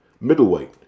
Middleweight